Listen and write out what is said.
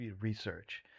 research